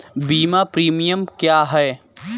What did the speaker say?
बीमा प्रीमियम क्या है?